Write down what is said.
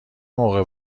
موقع